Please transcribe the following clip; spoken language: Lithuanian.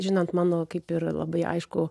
žinant mano kaip ir labai aiškų